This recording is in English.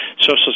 Social